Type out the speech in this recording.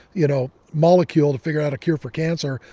you know, molecule to figure out a cure for cancer.